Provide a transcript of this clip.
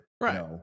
Right